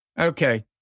Okay